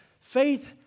faith